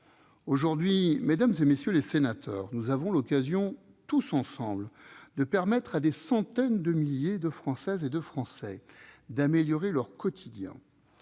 Aujourd'hui, mesdames, messieurs les sénateurs, nous avons l'occasion, tous ensemble, de permettre à des centaines de milliers de Françaises et de Français d'améliorer leur quotidien.